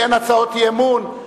כי אין הצעות אי-אמון,